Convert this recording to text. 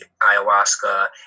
ayahuasca